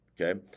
okay